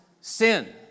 sin